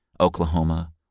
Oklahoma